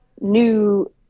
new